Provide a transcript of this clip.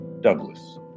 Douglas